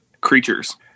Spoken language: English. creatures